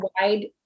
wide